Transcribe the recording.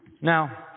Now